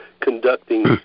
conducting